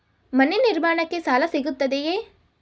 ಮನೆ ನಿರ್ಮಾಣಕ್ಕೆ ಸಾಲ ಸಿಗುತ್ತದೆಯೇ?